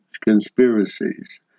conspiracies